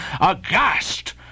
aghast